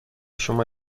شما